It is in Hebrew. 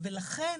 ולכן